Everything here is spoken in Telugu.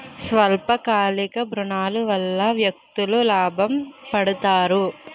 స్వల్ప కాలిక ఋణాల వల్ల వ్యక్తులు లాభ పడతారు